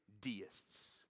deists